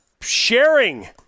Sharing